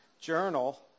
journal